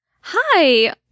hi